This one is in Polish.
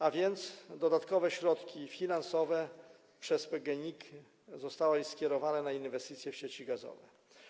A więc dodatkowe środki finansowe przez PGNiG zostały skierowane na inwestycje w sieci gazowe.